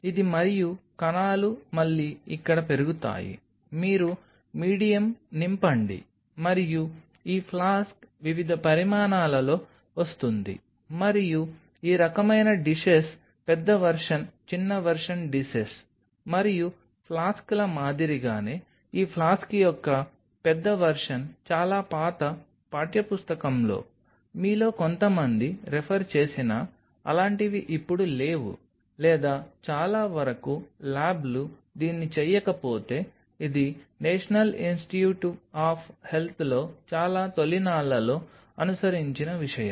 ఇది మరియు కణాలు మళ్లీ ఇక్కడ పెరుగుతాయి మీరు మీడియం నింపండి మరియు ఈ ఫ్లాస్క్ వివిధ పరిమాణాలలో వస్తుంది మరియు ఈ రకమైన డిషెస్ పెద్ద వెర్షన్ చిన్న వెర్షన్ డిషెస్ మరియు ఫ్లాస్క్ల మాదిరిగానే ఈ ఫ్లాస్క్ యొక్క పెద్ద వెర్షన్ చాలా పాత పాఠ్యపుస్తకంలో మీలో కొంత మంది రెఫర్ చేసినా అలాంటివి ఇప్పుడు లేవు లేదా చాలా వరకు ల్యాబ్లు దీన్ని చేయకపోతే ఇది నేషనల్ ఇన్స్టిట్యూట్ ఆఫ్ హెల్త్లో చాలా తొలినాళ్లలో అనుసరించిన విషయం